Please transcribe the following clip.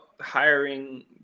hiring